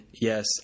yes